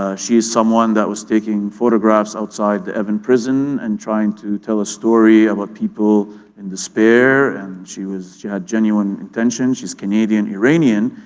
ah she is someone that was taking photographs outside the evin prison, and trying to tell a story about people in despair and she was. she had genuine intention, she's canadian-iranian,